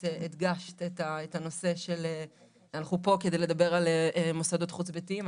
את הדגשת את הנושא של אנחנו פה כדי לדבר על מוסדות חוץ ביתיים.